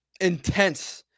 intense